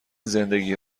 زندگی